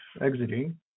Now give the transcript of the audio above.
exiting